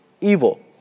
Evil